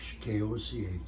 K-O-C-H